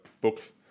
book